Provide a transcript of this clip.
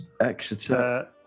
Exeter